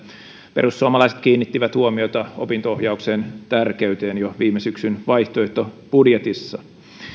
perussuomalaiset kiinnittivät huomiota opinto ohjauksen tärkeyteen jo viime syksyn vaihtoehtobudjetissa